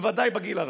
ובוודאי בגיל הרך.